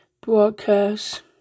broadcast